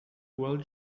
world